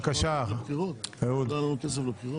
בכל זאת אנחנו מדברים על כסף והכסף